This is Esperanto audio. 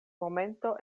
momento